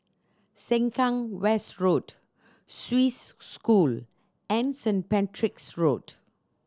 Sengkang West Road Swiss School and St Patrick's Road